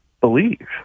believe